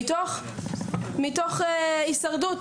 מתוך הישרדות,